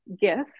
gift